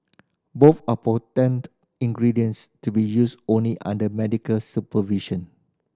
both are potent ingredients to be used only under medical supervision